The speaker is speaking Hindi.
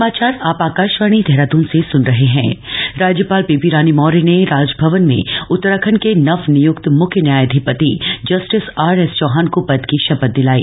मख्य न्यायाधिपति शपथ राज्यपान बेबी रामी मौर्य ने राजभवन में उतराखण्ड के नवनियुक्त मुख्य न्यायाधिपति जस्टिस थ रएस चौहाम को पद की शपथ दिलायी